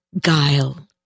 guile